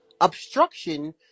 obstruction